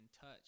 touch